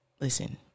Listen